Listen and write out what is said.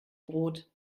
brot